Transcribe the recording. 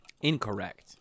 Incorrect